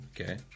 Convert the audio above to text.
Okay